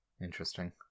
Interesting